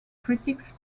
critics